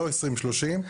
לא 20 או 30,